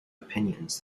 opinions